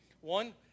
One